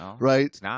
right